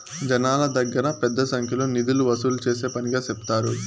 జనాల దగ్గర పెద్ద సంఖ్యలో నిధులు వసూలు చేసే పనిగా సెప్తారు